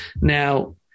Now